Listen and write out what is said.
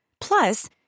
Plus